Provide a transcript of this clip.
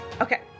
okay